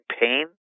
pain